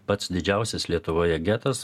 pats didžiausias lietuvoje getas